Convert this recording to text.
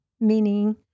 meaning